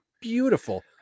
beautiful